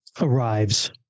arrives